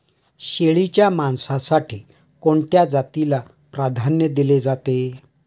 शेळीच्या मांसासाठी कोणत्या जातीला प्राधान्य दिले जाते?